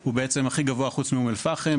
הוא בעצם הכי גבוה חוץ מאום אל פחם,